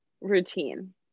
routine